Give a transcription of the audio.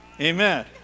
Amen